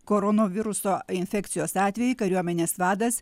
koronaviruso infekcijos atvejį kariuomenės vadas